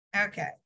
okay